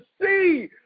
see